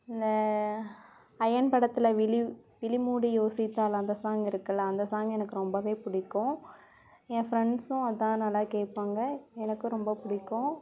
இந்த அயன் படத்தில் விழி விழி மூடி யோசித்தால் அந்த சாங் இருக்கில்ல அந்த சாங் எனக்கு ரொம்பவே பிடிக்கும் என் ஃப்ரெண்ட்ஸும் அதுதான் நல்லா கேட்பாங்க எனக்கும் ரொம்ப பிடிக்கும்